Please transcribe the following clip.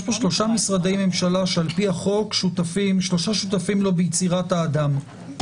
יש פה שלושה משרדי ממשלה שעל פי החוק שותפים ביצירת הרשות.